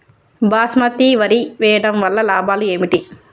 బాస్మతి వరి వేయటం వల్ల లాభాలు ఏమిటి?